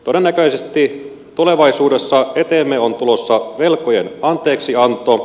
todennäköisesti tulevaisuudessa eteemme on tulossa velkojen anteeksianto